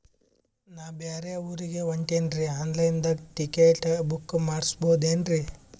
ನಾ ಬ್ಯಾರೆ ಊರಿಗೆ ಹೊಂಟಿನ್ರಿ ಆನ್ ಲೈನ್ ದಾಗ ಟಿಕೆಟ ಬುಕ್ಕ ಮಾಡಸ್ಬೋದೇನ್ರಿ?